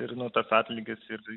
ir tas atlygis ir